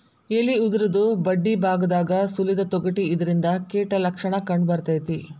ಎಲಿ ಉದುರುದು ಬಡ್ಡಿಬಾಗದಾಗ ಸುಲಿದ ತೊಗಟಿ ಇದರಿಂದ ಕೇಟ ಲಕ್ಷಣ ಕಂಡಬರ್ತೈತಿ